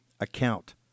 account